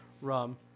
rum